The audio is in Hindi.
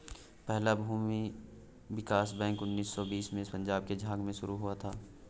पहला भूमि विकास बैंक उन्नीस सौ बीस में पंजाब के झांग में शुरू हुआ था